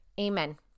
Amen